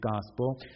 Gospel